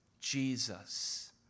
Jesus